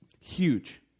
Huge